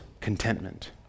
contentment